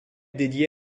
dédiée